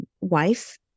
wife